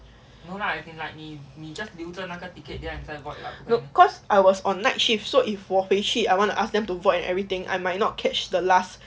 no cause I was on night shift so if 我回去 I want to ask them to void and everything I might not catch the last